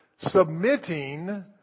submitting